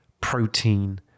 protein